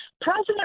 President